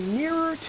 nearer